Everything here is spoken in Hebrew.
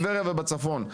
ובצפון,